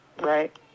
right